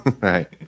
Right